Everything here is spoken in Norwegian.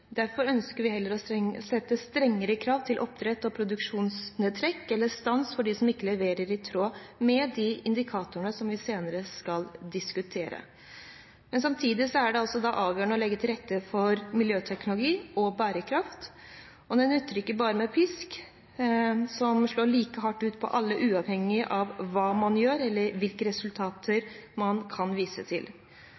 Derfor ønsker vi heller å sette strengere krav til oppdrettere, og produksjonsnedtrekk eller stans for dem som ikke leverer i tråd med de indikatorene som vi senere skal diskutere. Men samtidig er det altså avgjørende å legge til rette for miljøteknologi og bærekraft. Det nytter ikke bare med pisk, som slår like hardt ut på alle, uavhengig av hva man gjør eller hvilke resultater man kan vise til.